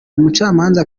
umucamanza